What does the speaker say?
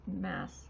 mass